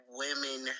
women